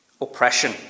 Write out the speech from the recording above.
oppression